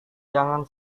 jangan